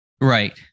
Right